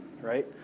right